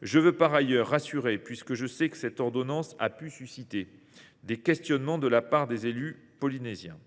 Je veux par ailleurs rassurer : je sais que cette ordonnance a pu susciter des interrogations chez certains élus polynésiens,